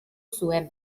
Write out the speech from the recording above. zuen